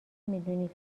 میدونی